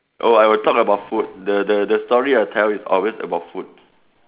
oh I will talk about food the the the story I'll tell is always about food